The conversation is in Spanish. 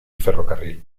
ferrocarril